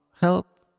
help